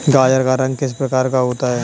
गाजर का रंग किस प्रकार का होता है?